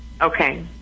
Okay